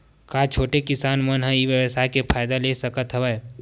का छोटे किसान मन ई व्यवसाय के फ़ायदा ले सकत हवय?